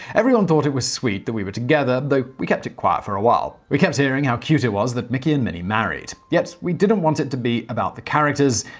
everyone thought it was sweet that we were together, though we kept it quiet for a while. we kept hearing how cute it was that mickey and minnie married. yet, we didn't want it to be about the characters.